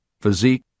physique